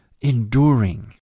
enduring